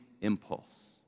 impulse